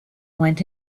went